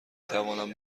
توانم